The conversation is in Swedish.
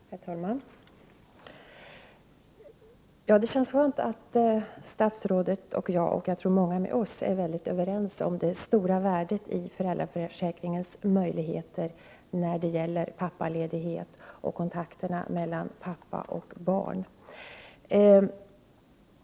Herr talman! Det känns skönt att statsrådet och jag, och många med oss, är överens om det stora värdet i föräldraförsäkringens möjligheter när det gäller pappaledighet och kontakterna mellan pappa och barn.